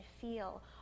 feel